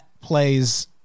plays